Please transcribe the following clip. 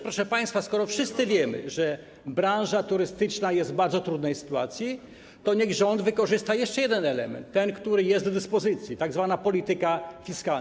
Proszę państwa, skoro wszyscy wiemy, że branża turystyczna jest w bardzo trudnej sytuacji, to niech rząd wykorzysta jeszcze jeden element, ten, który jest do dyspozycji, czyli tzw. politykę fiskalną.